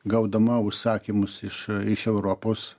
gaudama užsakymus iš iš europos